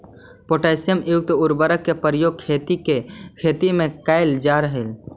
potassium युक्त उर्वरक के प्रयोग खेती में कैल जा हइ